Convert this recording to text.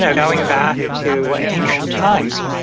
yeah going back to ancient times,